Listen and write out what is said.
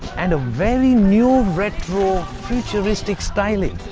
and a very new retro futuristic styling.